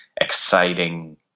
exciting